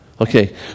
Okay